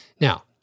Now